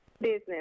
business